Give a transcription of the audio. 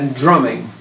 drumming